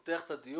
מחדש את הדיון.